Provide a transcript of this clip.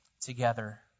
together